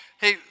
hey